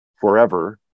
forever